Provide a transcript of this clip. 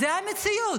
זו המציאות.